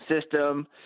system